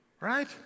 Right